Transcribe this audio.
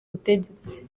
butegetsi